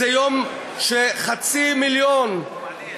זה יום שחצי מיליון, מדהים.